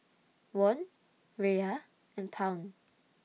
Won Riyal and Pound